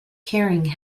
carrying